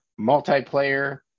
multiplayer